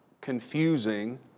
confusing